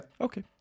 Okay